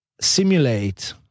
simulate